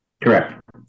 Correct